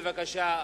בבקשה.